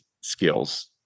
skills